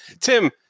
Tim